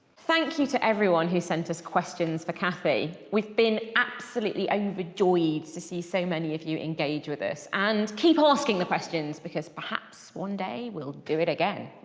thank you to everyone who sent us questions for kathy. we've been absolutely overjoyed to see so many of you engage with us and keep asking the questions because perhaps one day we'll do it again.